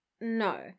No